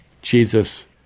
Jesus